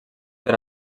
per